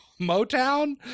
motown